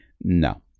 no